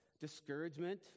discouragement